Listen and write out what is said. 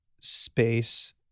space